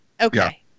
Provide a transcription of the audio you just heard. Okay